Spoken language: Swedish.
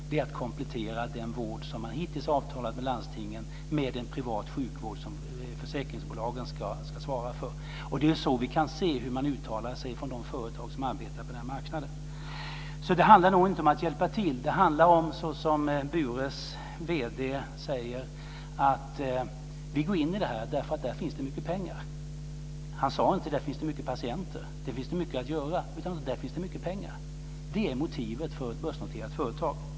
Det är att komplettera den vård som man hittills har avtalat med landstingen om med en privat sjukvård, som försäkringsbolagen ska svara för. Det är så vi kan höra att man uttalar sig från de företag som arbetar på denna marknad. Det handlar nog inte om att hjälpa till. Det handlar om - såsom Bures vd säger - att man går in i det därför att det finns mycket pengar i det. Han sade inte att man gör det för att det finns många patienter och mycket att göra, utan för att det finns mycket pengar. Det är motivet för ett börsnoterat företag.